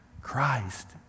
Christ